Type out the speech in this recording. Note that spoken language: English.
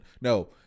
No